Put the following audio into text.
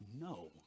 no